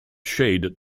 shade